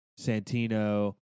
Santino